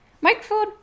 Microphone